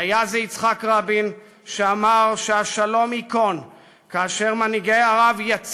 דברי הכנסת ג / מושב שלישי / ישיבות קס"ג קס"ו / י"ב